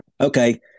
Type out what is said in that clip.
Okay